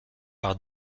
par